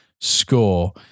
score